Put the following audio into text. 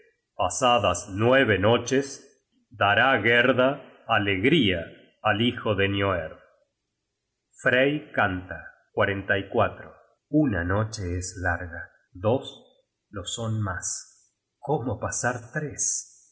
pasadas nueve noches dará gerda alegría al hijo de nioerd frey canta una noche es larga dos lo son mas cómo pasar tres